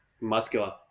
muscular